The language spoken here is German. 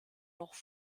noch